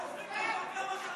אתם חופרים כבר כמה שנים.